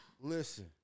Listen